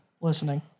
listening